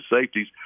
safeties